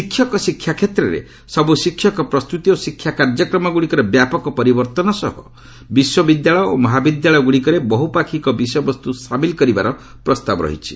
ଶିକ୍ଷକ ଶିକ୍ଷା କ୍ଷେତ୍ରରେ ସବୁ ଶିକ୍ଷକ ପ୍ରସ୍ତୁତି ଓ ଶିକ୍ଷା କାର୍ଯ୍ୟକ୍ରମଗ୍ରଡ଼ିକରେ ବ୍ୟାପକ ପରିବର୍ତ୍ତନ ସହ ବିଶ୍ୱବିଦ୍ୟାଳୟ ଓ ମହାବିଦ୍ୟାଳୟଗୁଡ଼ିକରେ ବହୁ ପାକ୍ଷିକ ବିଷୟବସ୍ତୁ ସାମିଲ୍ କରିବାର ପ୍ରସ୍ତାବ ରହିଛି